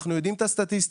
אנחנו יודעים את הסטטיסטיקה.